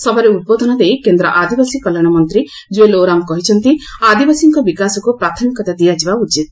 ସଭାରେ ଉଦ୍ବୋଧନ ଦେଇ କେନ୍ଦ୍ର ଆଦିବାସୀ କଲ୍ୟାଶ ମନ୍ତୀ ଜୁଏଲ୍ ଓରାମ କହିଛନ୍ତି ଆଦିବାସୀଙ୍କ ବିକାଶକୁ ପ୍ରାଥମିକତା ଦିଆଯିବା ଉଚିତ